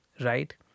right